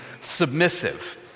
submissive